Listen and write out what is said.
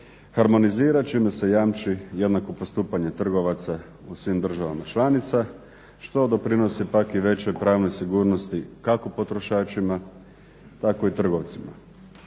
harmonizira čime se jamči jednako postupanje trgovaca u svim državama članica što doprinosi pak i većoj pravnoj sigurnosti, kako potrošačima tako i trgovcima.